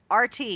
rt